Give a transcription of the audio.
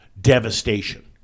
devastation